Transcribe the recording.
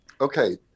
Okay